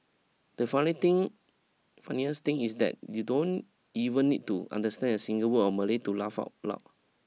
the funny thing funniest thing is that you don't even need to understand a single word of Malay to laugh out loud